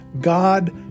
God